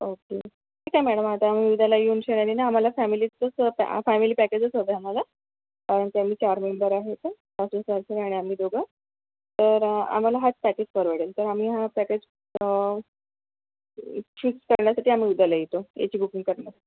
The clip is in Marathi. ओके ठीक आहे मॅडम आता आम्ही उद्याला येऊन शुअरलीना आम्हाला फॅमिलीचंच फॅमिली पॅकेजंच हवंंय आम्हाला घरी चार मेंबर आहेत सासू सासरे आणि आम्ही दोघंं तर आम्हाला हाच पॅकेज परवडेल तर आम्ही हा पॅकेज इच्छित करण्यासाठी आम्ही उद्याला येतो याची बुकिंग करणार